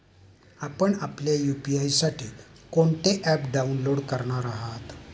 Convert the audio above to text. आपण आपल्या यू.पी.आय साठी कोणते ॲप डाउनलोड करणार आहात?